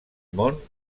món